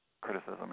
criticism